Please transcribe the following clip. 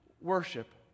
worship